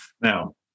Now